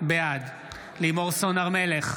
בעד לימור סון הר מלך,